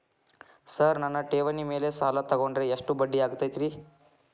Sir ನನ್ನ ಠೇವಣಿ ಮೇಲೆ ಸಾಲ ತಗೊಂಡ್ರೆ ಎಷ್ಟು ಬಡ್ಡಿ ಆಗತೈತ್ರಿ?